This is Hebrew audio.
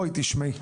תשמעי,